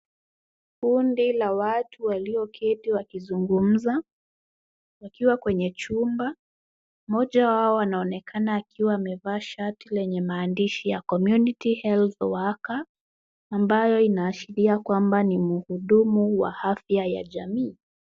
Kundi la watu walioketi wakizungumza wakiwa kwenye chumba. Mmoja wao anaonekana akiwa amevaa shati lenye maandishi ya community health worker ambayo inaashiria kwamba ni mhudumu wa afya ya jamii.